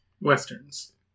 Westerns